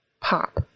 pop